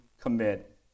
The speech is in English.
commit